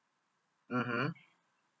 mmhmm